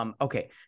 okay